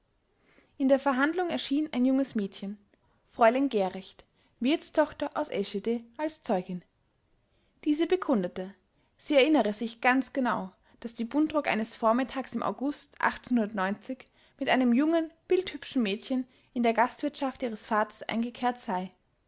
in der verhandlung erschien ein junges mädchen fräulein gerecht wirtstochter aus eschede als zeugin diese bekundete sie erinnere sich ganz genau daß die buntrock eines vormittags im august mit einem jungen bildhübschen mädchen in der gastwirtschaft ihres vaters eingekehrt sei